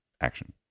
action